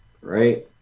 right